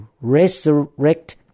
resurrect